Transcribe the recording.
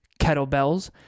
kettlebells